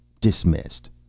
Dismissed